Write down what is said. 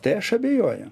tai aš abejoju